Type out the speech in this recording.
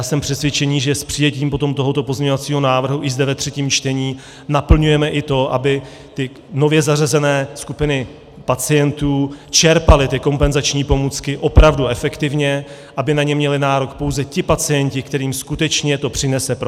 Jsem přesvědčený, že s přijetím tohoto pozměňovacího návrhu i zde ve třetím čtení naplňujeme to, aby nově zařazené skupiny pacientů čerpaly kompenzační pomůcky opravdu efektivně, aby na ně měli nárok pouze ti pacienti, kterým to skutečně přinese profit.